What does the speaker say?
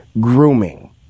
grooming